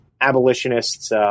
abolitionists